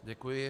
Děkuji.